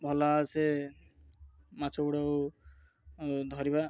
ଭଲ ଆସେ ମାଛ ଗୁଡ଼ାକୁ ଧରିବା